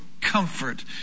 comfort